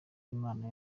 imana